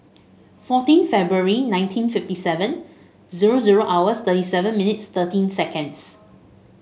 fourteen Febuary nineteen fifty seven zero zero hours thirty seven minutes thirteen seconds